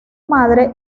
madre